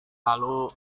lalu